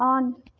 on